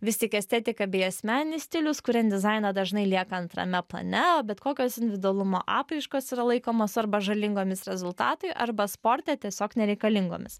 vis tik estetika bei asmeninis stilius kuriant dizainą dažnai lieka antrame plane o bet kokios individualumo apraiškos yra laikomos arba žalingomis rezultatui arba sporte tiesiog nereikalingomis